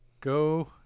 Go